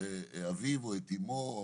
אביו או את אימו,